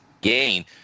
Gain